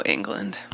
England